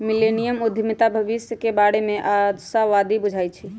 millennium उद्यमीता भविष्य के बारे में आशावादी बुझाई छै